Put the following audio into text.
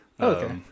Okay